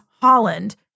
Holland